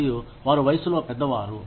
మరియు వారు వయసులో పెద్ద వారు